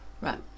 right